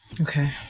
okay